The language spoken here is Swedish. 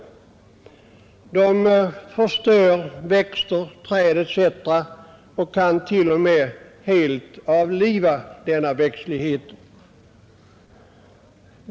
De förstör växter och kan t.o.m. helt avliva växtligheten.